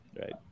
Right